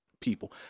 people